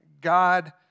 God